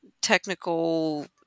technical